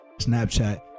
Snapchat